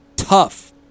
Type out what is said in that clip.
tough